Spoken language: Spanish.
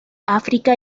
áfrica